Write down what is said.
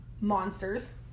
monsters